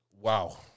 Wow